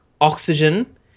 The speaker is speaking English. oxygen